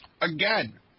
Again